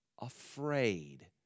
afraid